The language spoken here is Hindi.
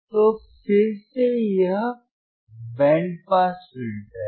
तो फिर से यह बैंड पास फिल्टर है